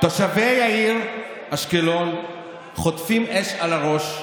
תושבי העיר אשקלון חוטפים אש על הראש.